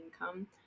income